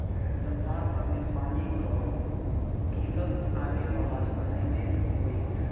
संसार भर में पानी कअ किल्लत आवे वाला समय में होई